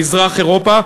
מזרח-אירופה,